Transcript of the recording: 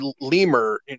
lemur